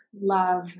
love